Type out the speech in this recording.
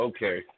Okay